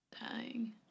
Dying